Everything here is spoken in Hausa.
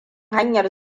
hanyar